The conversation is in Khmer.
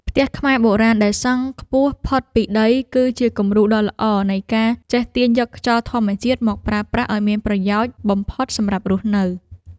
ផ្ទះខ្មែរបុរាណដែលសង់ខ្ពស់ផុតពីដីគឺជាគំរូដ៏ល្អនៃការចេះទាញយកខ្យល់ធម្មជាតិមកប្រើប្រាស់ឱ្យមានប្រយោជន៍បំផុតសម្រាប់រស់នៅ។